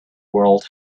world